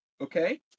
okay